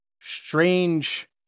strange